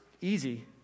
easy